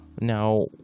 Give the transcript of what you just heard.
Now